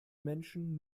menschen